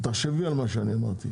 תחשבי על מה שאמרתי,